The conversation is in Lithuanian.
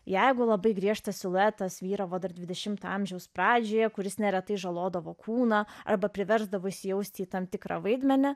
jeigu labai griežtas siluetas vyravo dar dvidešimto amžiaus pradžioje kuris neretai žalodavo kūną arba priversdavo įsijausti į tam tikrą vaidmenį